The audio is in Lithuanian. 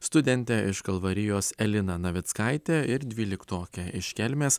studentę iš kalvarijos eliną navickaitę ir dvyliktokę iš kelmės